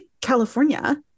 California